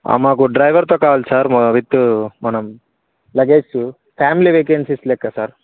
మాకు డ్రైవర్తో కావాలి సార్ విత్ మనం లగేజ్ ఫ్యామిలీ వేకెన్సీస్ లెక్క సార్